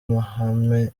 amahame